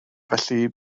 felly